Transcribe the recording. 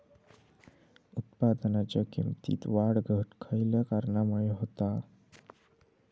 उत्पादनाच्या किमतीत वाढ घट खयल्या कारणामुळे होता?